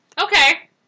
Okay